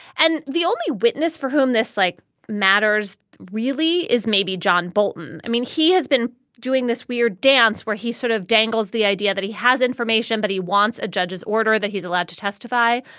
and the only witness for whom this like matters really is maybe john bolton. i mean, he has been doing this weird dance where he sort of dangles the idea that he has information that but he wants a judge's order, that he's allowed to testify.